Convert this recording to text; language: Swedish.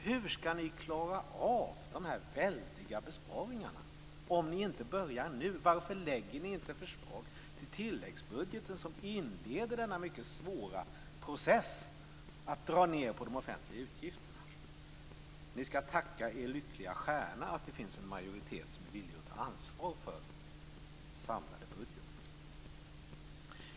Hur skall ni klara av de väldiga besparingarna om ni inte börjar nu? Varför lägger ni inte fram förslag till tilläggsbudgeten som inleder denna mycket svåra process att dra ned på de offentliga utgifterna? Ni skall tacka er lyckliga stjärna att det finns en majoritet som är villig att ta ansvar för den samlade budgeten!